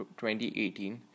2018